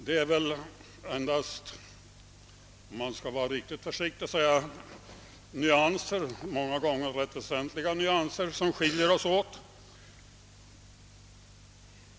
Om man skall vara riktigt försiktig, kanske man skall säga att det endast är nyanser, många gånger rätt väsentliga nyanser, som skiljer oss åt.